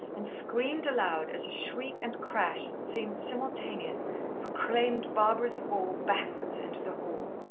and screamed aloud as a shriek and crash that seemed simultaneous proclaimed barbara's fall backwards into the hall.